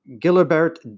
Gilbert